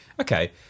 Okay